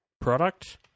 product